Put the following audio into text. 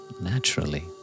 naturally